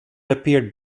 appeared